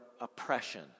oppression